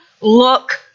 look